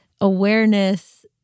awareness